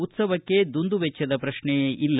ಉತ್ಲವಕ್ಕೆ ದುಂದುವೆಚ್ಚದ ಪ್ರಶ್ನೆಯೇ ಇಲ್ಲ